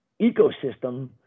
ecosystem